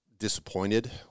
disappointed